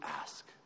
ask